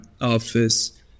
office